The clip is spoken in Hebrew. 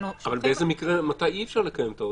אנחנו --- אבל מתי אי אפשר לקיים?